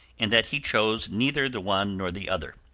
and that he chose neither the one nor the other.